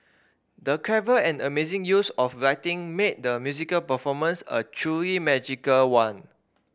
the clever and amazing use of lighting made the musical performance a truly magical one